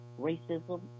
Racism